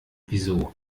wieso